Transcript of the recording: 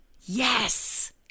yes